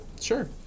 sure